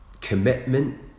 commitment